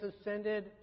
ascended